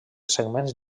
segments